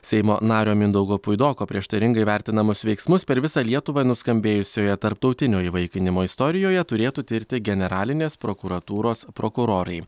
seimo nario mindaugo puidoko prieštaringai vertinamus veiksmus per visą lietuvą nuskambėjusioje tarptautinio įvaikinimo istorijoje turėtų tirti generalinės prokuratūros prokurorai